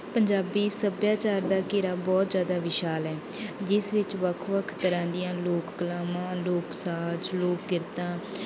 ਪੰਜਾਬੀ ਸੱਭਿਆਚਾਰ ਦਾ ਘੇਰਾ ਬਹੁਤ ਜ਼ਿਆਦਾ ਵਿਸ਼ਾਲ ਹੈ ਜਿਸ ਵਿੱਚ ਵੱਖ ਵੱਖ ਤਰ੍ਹਾਂ ਦੀਆਂ ਲੋਕ ਕਲਾਵਾਂ ਲੋਕ ਸਾਜ਼ ਲੋਕ ਕਿਰਤਾਂ